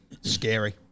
scary